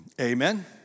amen